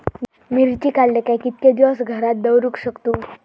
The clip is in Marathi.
मिर्ची काडले काय कीतके दिवस घरात दवरुक शकतू?